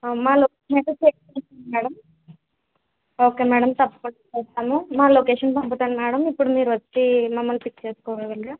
మా అమ్మ వాళ్ళు వచ్చినాక చేసి చెప్తాను మేడం ఓకే మేడం తప్పకుండా చేస్తాను మా లొకేషన్ పంపుతాను మేడం ఇప్పుడు మీరు వచ్చి మమ్మల్ని పిక్ చేసుకోగలరా